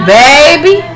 baby